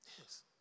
Yes